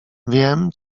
wiem